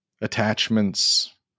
attachments